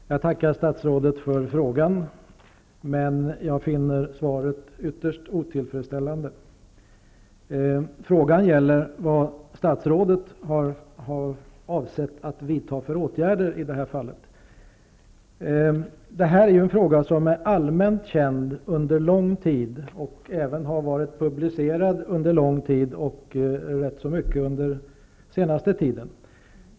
Herr talman! Jag tackar statsrådet för svaret, även om jag finner det ytterst otillfredsställande. Frågan gäller vilka åtgärder statsrådet har avsett att vidta i det här fallet. Det är en fråga som har varit allmänt känd under lång tid. Ärendet har även varit publicerat under lång tid, och det har varit särskilt aktuellt under den senaste tiden.